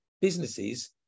businesses